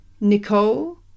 nicole